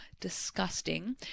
disgusting